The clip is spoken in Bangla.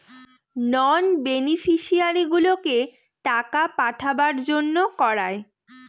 নন বেনিফিশিয়ারিগুলোকে টাকা পাঠাবার জন্য করায়